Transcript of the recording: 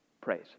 praise